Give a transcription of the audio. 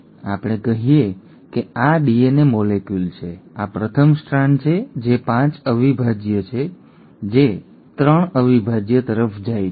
ચાલો આપણે કહીએ કે આ ડીએનએ મોલેક્યુલ છે આ પ્રથમ સ્ટ્રાન્ડ છે જે 5 અવિભાજ્ય જાય છે જે આપણને 3 અવિભાજ્ય કહે છે